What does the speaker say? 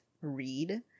read